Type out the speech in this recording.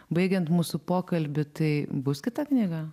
baigiant mūsų pokalbį tai bus kita knyga